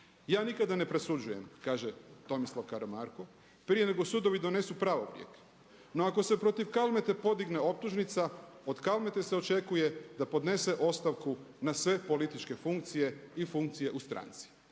„Ja nikada ne presuđujem“ kaže Tomislav Karamarko „prije nego sudovi donesu pravorijek“. No, ako se protiv Kalmete podigne optužnica od Kalmete se očekuje da podnese ostavku na sve političke funkcije i funkcije u stranci.